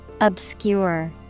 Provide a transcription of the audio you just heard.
Obscure